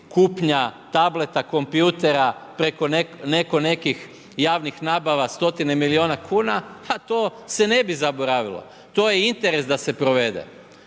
kupnja tableta, kompjutera, preko neko nekih javnih nabava 100 milijuna kuna, a to se ne bi zaboravilo, to je interes da se provede.